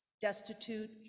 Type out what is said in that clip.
destitute